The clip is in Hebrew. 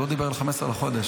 הוא לא דיבר על 15 בחודש.